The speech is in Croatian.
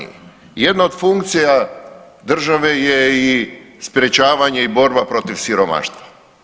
Jedna od funkcija države je i sprječavanje i borba protiv siromaštva.